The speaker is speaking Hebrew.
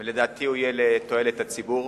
ולדעתי, הוא יהיה לתועלת הציבור.